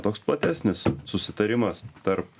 toks platesnis susitarimas tarp